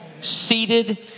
Seated